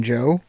Joe